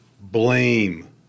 blame